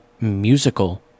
musical